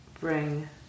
Bring